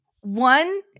One